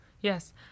Yes